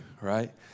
right